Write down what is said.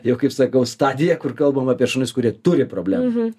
jau kaip sakau stadija kur kalbam apie šunis kurie turi problemų